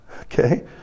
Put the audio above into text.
okay